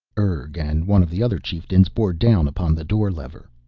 urg and one of the other chieftains bore down upon the door lever.